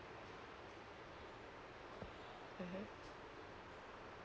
mmhmm